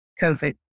COVID